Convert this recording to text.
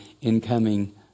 incoming